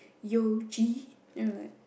you ji you know like